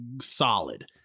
solid